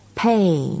pay